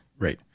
Right